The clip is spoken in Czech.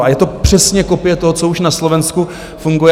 A je to přesně kopie toho, co už na Slovensku funguje.